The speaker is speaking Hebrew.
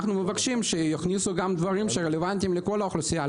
אנחנו מבקשים שיכניסו דברים שהם רלוונטיים לכל האוכלוסייה.